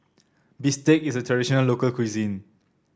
Bistake is a traditional local cuisine